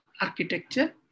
architecture